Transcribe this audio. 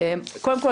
קודם כול,